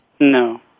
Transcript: No